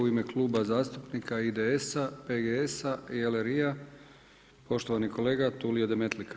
U ime Kluba zastupnika IDS-a PGS-a i LRI-a poštovani kolega Tulio Demetlika.